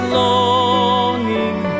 longing